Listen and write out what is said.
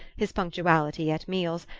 his punctuality at meals,